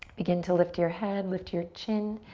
begin to lift your head, lift your chin,